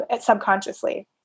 subconsciously